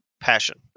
passion